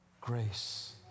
grace